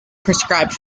prescribed